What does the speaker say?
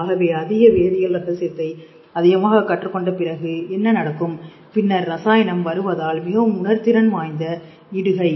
ஆகவே அதிக வேதியல் ரகசியத்தை அதிகமாக கற்றுக் கொண்ட பிறகு என்ன நடக்கும் பின்னர் ரசாயனம் வருவதால் மிகவும் உணர்திறன் வாய்ந்த இடுகை